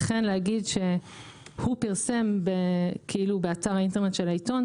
לכן להגיד "הוא פרסם באתר האינטרנט של העיתון"